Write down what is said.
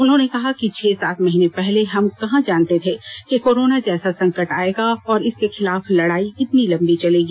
उन्होंने कहा कि छह सात महीने पहले हम कहा जानते थे कि कोरोना जैसा संकट आयेगा और इसके खिलाफ लडाई इतनी लंबी चलेगी